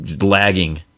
lagging